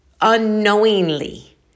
unknowingly